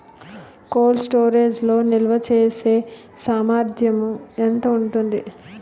Cold storage లో నిల్వచేసేసామర్థ్యం ఎంత ఉంటుంది?